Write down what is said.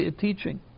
teaching